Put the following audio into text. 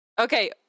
Okay